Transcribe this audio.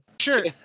sure